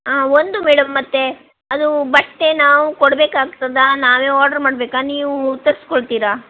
ಹಾಂ ಒಂದು ಮೇಡಮ್ ಮತ್ತೆ ಅದು ಬಟ್ಟೆ ನಾವು ಕೊಡಬೇಕಾಗ್ತದ ನಾವೇ ಆರ್ಡರ್ ಮಾಡಬೇಕ ನೀವು ತರಿಸ್ಕೊಡ್ತೀರ